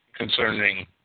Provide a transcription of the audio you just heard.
concerning